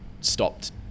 stopped